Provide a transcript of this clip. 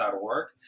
org